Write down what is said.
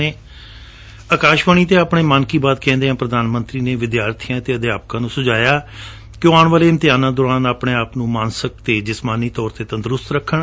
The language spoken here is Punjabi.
ਅਕਾਸ਼ਵਾਣੀ ਤੇ ਆਪਣੇ 'ਮਨ ਕੀ ਬਾਤ' ਕਹਿੰਦਿਆਂ ਪ੍ਰਧਾਨ ਮੰਤਰੀ ਨੇ ਵਿਦਿਆਰਬੀਆਂ ਤੇ ਅਧਿਆਪਕਾਂ ਨੂੰ ਸਲਾਹ ਦਿੱਤੀ ਕਿ ਉਹ ਆਉਣ ਵਾਲੇ ਇਮਤਿਹਾਨਾਂ ਦੌਰਾਨ ਆਪਣੇ ਆਪ ਨੂੰ ਮਾਨਸਿਕ ਤੇ ਸ਼ਰੀਰਕ ਤੌਰ ਤੇ ਤੰਦਰੁਸਤ ਰੱਖਣ